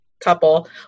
couple